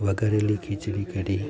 વઘારેલી khichdi કઢી